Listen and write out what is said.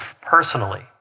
personally